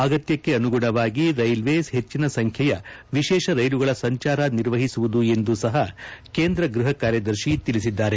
ಅಗತ್ಯಕ್ಷೆ ಅನುಗುಣವಾಗಿ ರೈಲ್ವೇಸ್ ಹೆಚ್ಚಿನ ಸಂಖ್ಯೆಯ ವಿಶೇಷ ರೈಲುಗಳ ಸಂಚಾರ ನಿರ್ವಹಿಸುವುದು ಎಂದು ಸಹ ಕೇಂದ್ರ ಗೃಹ ಕಾರ್ಯದರ್ಶಿ ತಿಳಿಸಿದ್ದಾರೆ